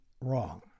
wrong